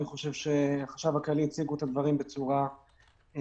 אני חושב שהחשב הכללי הציגו את הדברים בצורה מלאה,